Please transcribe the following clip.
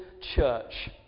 church